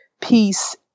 peace